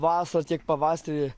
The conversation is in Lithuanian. vasarą tiek pavasarį